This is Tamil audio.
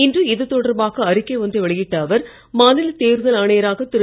இன்று இதுதொடர்பாக அறிக்கை ஒன்றை வெளியிட்ட அவர் மாநில தேர்தல் ஆணையராக திரு